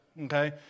okay